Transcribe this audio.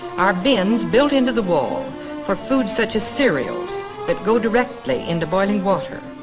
our bins built into the wall for foods such as cereals that go directly in the boiling water.